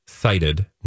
cited